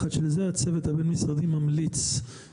קשה להתחיל לדבר כאשר הטיעון שהונח הוא של חלק ממערך שבא לשבש